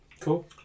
Cool